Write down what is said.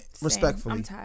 respectfully